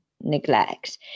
neglect